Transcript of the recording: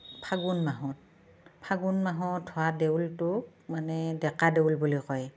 ফাগুণ মাহত ফাগুণ মাহত হোৱা দেউলটো মানে ডেকা দেউল বুলি কয়